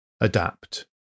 adapt